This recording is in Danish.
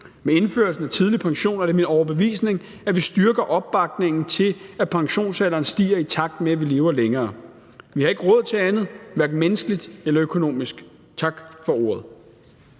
Med indførelsen af tidlig pension er det min overbevisning, at vi styrker opbakningen til, at pensionsalderen stiger, i takt med at vi lever længere. Vi har ikke råd til andet, hverken menneskeligt eller økonomisk. Tak for ordet.